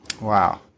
Wow